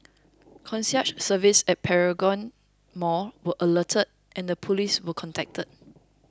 concierge services at Paragon mall were alerted and the police were contacted